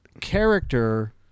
character